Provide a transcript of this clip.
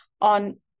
on